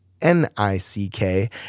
N-I-C-K